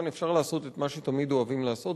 אפשר לעשות את מה שתמיד אוהבים לעשות,